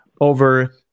over